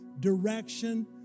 direction